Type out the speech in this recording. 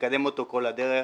ולקדם אותו כל הדרך,